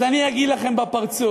אז אני אגיד לכם בפרצוף: